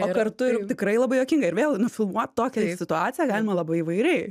o kartu ir tikrai labai juokinga ir vėl nufilmuot tokią situaciją galima labai įvairiai